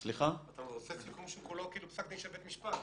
אתה עושה סיכום שכולו כאילו פסק דין של בית משפט,